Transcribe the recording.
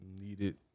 needed